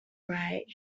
right